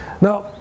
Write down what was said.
Now